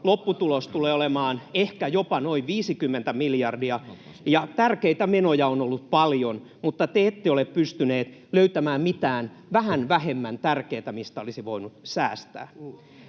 lopputulos tulee olemaan ehkä jopa noin 50 miljardia. Tärkeitä menoja on ollut paljon, mutta te ette ole pystyneet löytämään mitään vähän vähemmän tärkeätä, mistä olisi voinut säästää.